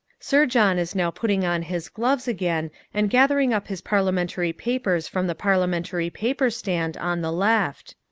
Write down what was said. sir john is now putting on his gloves again and gathering up his parliamentary papers from the parliamentary paper stand on the left.